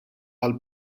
għall